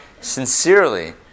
sincerely